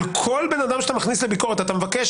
על כל אדם שאתה מכניס לביקורת אתה מבקש